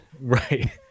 Right